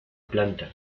planta